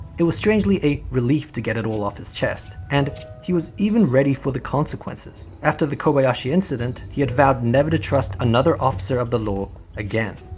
it was strangely a relief to get it all off his chest, and he was even ready for the consequences. after the kobayashi incident he had vowed never to trust another officer of the law again.